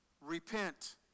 Repent